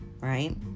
right